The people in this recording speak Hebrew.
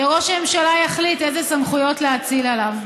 וראש הממשלה יחליט איזה סמכויות להאציל עליו.